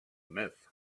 myth